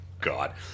God